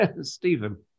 Stephen